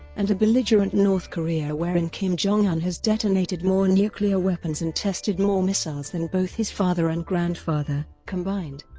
and a belligerent north korea wherein kim jong-un has detonated more nuclear weapons and tested more missiles than both his father and grandfather, combined.